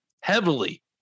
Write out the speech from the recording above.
heavily